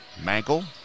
Mankel